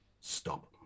stop